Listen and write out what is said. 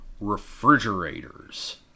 refrigerators